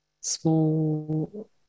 small